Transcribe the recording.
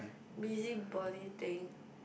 busybody thing